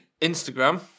Instagram